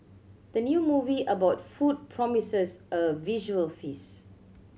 the new movie about food promises a visual feast